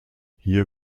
hier